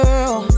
Girl